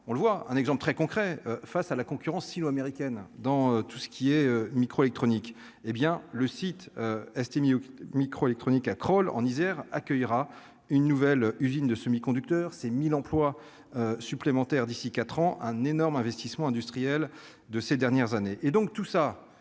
on le voit un exemple très concret face à la concurrence sino-américaines dans tout ce qui est micro-électronique, hé bien le site, estime au micro électronique à Crolles, en Isère accueillera une nouvelle usine de semi-conducteurs, c'est 1000 emplois supplémentaires d'ici 4 ans un énorme investissement industriel de ces dernières années